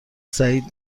سعید